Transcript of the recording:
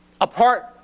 apart